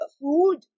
food